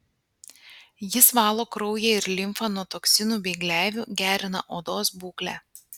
jis valo kraują ir limfą nuo toksinų bei gleivių gerina odos būklę